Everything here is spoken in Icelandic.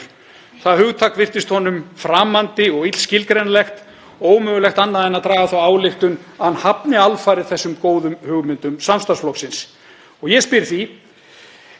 Ég spyr því: Er formaður Framsóknarflokksins sammála því að það sé svona flókið að hrinda hugmyndum um að almenningur í landinu fái hærri hlutdeild í ofurhagnaðinum sem Framsókn talar um?